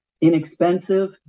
inexpensive